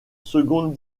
seconde